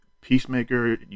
Peacemaker